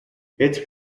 its